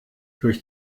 durch